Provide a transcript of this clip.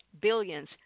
billions